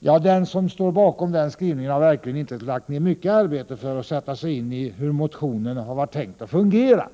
2979.” Den som står bakom den skrivningen har verkligen inte lagt ned mycket arbete på att sätta sig in i hur motionsförslaget var tänkt att fungera.